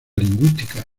lingüística